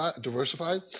diversified